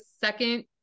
second